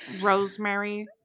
rosemary